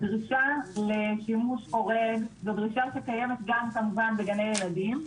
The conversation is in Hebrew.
הדרישה לשימוש חורג זו דרישה שקיימת גם כמובן בגני ילדים.